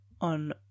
on